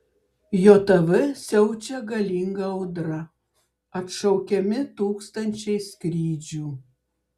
jav siaučia galinga audra atšaukiami tūkstančiai skrydžių